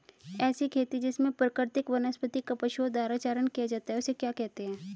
ऐसी खेती जिसमें प्राकृतिक वनस्पति का पशुओं द्वारा चारण किया जाता है उसे क्या कहते हैं?